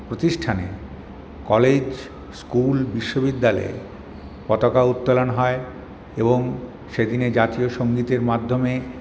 প্রতিষ্ঠানে college school বিশ্ববিদ্যালয়ে পতাকা উত্তোলন হয় এবং সেদিনে জাতীয় সঙ্গীতের মাধ্যমে